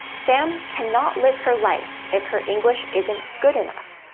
sam cannot live her life if her english isn't good enough.